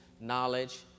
knowledge